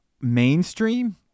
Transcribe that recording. Mainstream